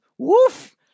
Woof